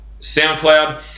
SoundCloud